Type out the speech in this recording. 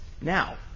now